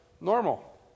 normal